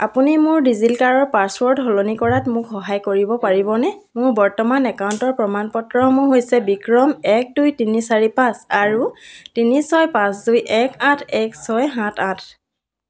আপুনি মোৰ ডিজিলকাৰৰ পাছৱৰ্ড সলনি কৰাত মোক সহায় কৰিব পাৰিবনে মোৰ বৰ্তমানৰ একাউণ্টৰ প্ৰমাণপত্ৰসমূহ হৈছে বিক্ৰম এক দুই তিনি চাৰি পাঁচ আৰু তিনি ছয় পাঁচ দুই এক আঠ এক ছয় সাত আঠ